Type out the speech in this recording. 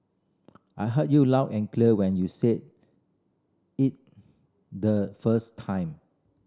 I heard you loud and clear when you said it the first time